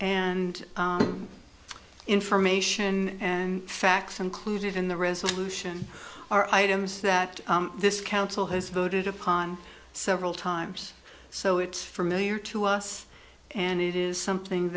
and information and facts included in the resolution are items that this council has voted upon several times so it's familiar to us and it is something